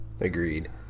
Agreed